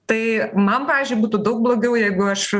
tai man pavyzdžiui būtų daug blogiau jeigu aš